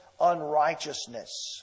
unrighteousness